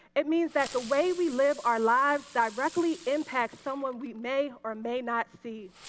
it means that the way we live our lives directly impacts someone we may or may not see.